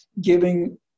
giving